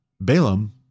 Balaam